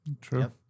True